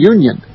Union